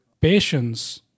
Patience